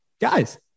Guys